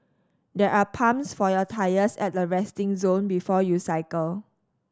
there are pumps for your tyres at the resting zone before you cycle